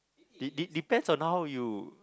de~ de~ depends on how you